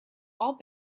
all